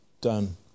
done